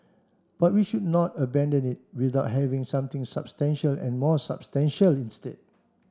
but we should not abandon it without having something substantial and more substantial instead